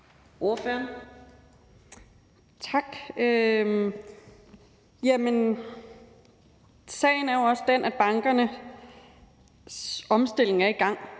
Sagen er jo også den, at bankernes omstilling er i gang,